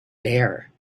bare